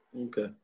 Okay